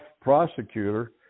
prosecutor